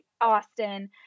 Austin